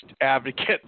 advocate